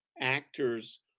actors